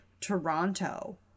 toronto